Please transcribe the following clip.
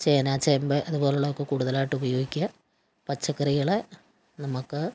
ചേന ചേമ്പ് അതുപോലുള്ളതൊക്കെ കൂടുതലായിട്ടുപയോഗിക്കുക പച്ചക്കറികൾ നമുക്ക്